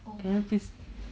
can I please